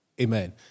Amen